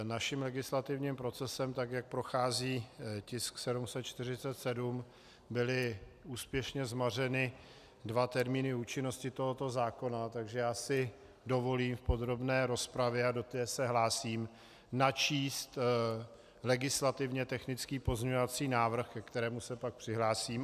Naším legislativním procesem, tak jak prochází tisk 747, byly úspěšně zmařeny dva termíny účinnosti tohoto zákona, takže si dovolím v podrobné rozpravě, a do té se hlásím, načíst legislativně technický pozměňovací návrh, ke kterému se pak přihlásím.